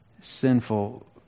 sinful